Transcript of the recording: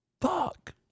Fuck